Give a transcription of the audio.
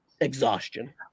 exhaustion